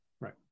Right